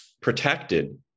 protected